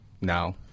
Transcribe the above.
now